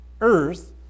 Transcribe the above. earth